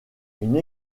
une